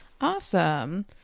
Awesome